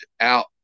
out